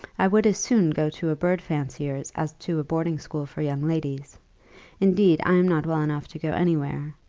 i would as soon go to a bird-fancier's as to a boarding-school for young ladies indeed, i am not well enough to go any where.